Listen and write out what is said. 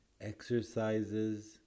exercises